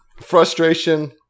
Frustration